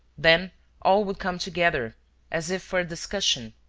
then all would come together as if for a discussion,